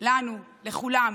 לנו, לכולם,